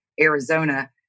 Arizona